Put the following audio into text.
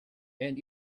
and